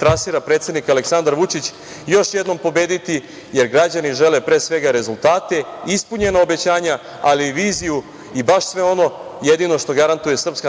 trasira predsednik Aleksandar Vučić, još jednom pobediti, jer građani žele pre svega rezultate, ispunjena obećanja, ali i viziju i baš sve ono jedino što garantuje SNS